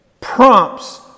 prompts